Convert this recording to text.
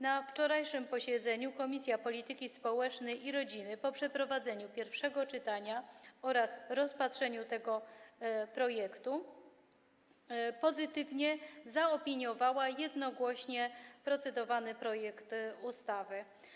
Na wczorajszym posiedzeniu Komisja Polityki Społecznej i Rodziny po przeprowadzeniu pierwszego czytania oraz rozpatrzeniu tego projektu jednogłośnie pozytywnie zaopiniowała procedowany projekt ustawy.